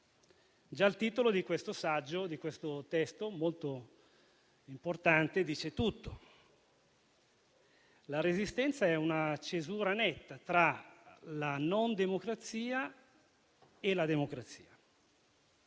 Già il titolo di questo saggio molto importante dice tutto. La Resistenza è una cesura netta tra la non democrazia e la democrazia.